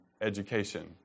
education